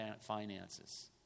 finances